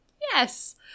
Yes